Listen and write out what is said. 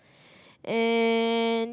and